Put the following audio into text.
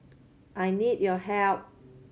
I need your help